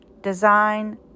design